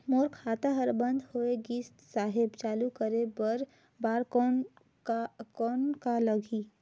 मोर खाता हर बंद होय गिस साहेब चालू करे बार कौन का लगही?